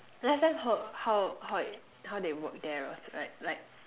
last time how how it how they work there was right like